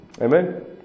Amen